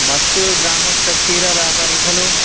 मत्तूर् ग्रामस्य क्षीरव्यापारी खलु